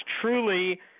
truly